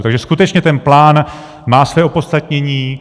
Takže skutečně ten plán má své opodstatnění.